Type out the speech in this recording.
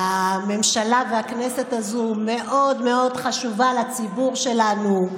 הממשלה, והכנסת הזאת מאוד מאוד חשובה לציבור שלנו.